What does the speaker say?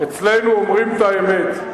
אצלנו אומרים את האמת.